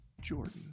Jordan